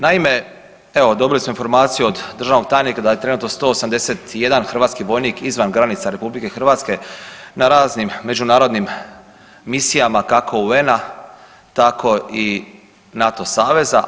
Naime, evo dobili smo informaciju od državnog tajnika da je trenutno 181 hrvatski vojnik izvan granica RH na raznim međunarodnim misijama kako UN-a tako i NATO saveza.